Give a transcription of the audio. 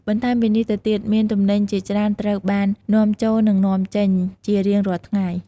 បន្ថែមពីនេះទៅទៀតមានទំនិញជាច្រើនត្រូវបាន នាំចូល និងនាំចេញ ជារៀងរាល់ថ្ងៃ។